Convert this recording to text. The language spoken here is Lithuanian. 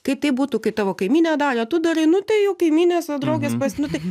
kaip tai būtų kai tavo kaimynė darė tu darai nu tai jau kaimynės va draugės pas nu tai